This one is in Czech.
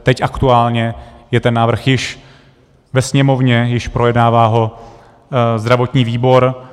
Teď aktuálně je ten návrh již ve Sněmovně, již ho projednává zdravotní výbor.